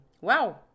wow